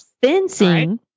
fencing